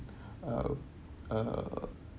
uh uh